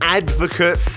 advocate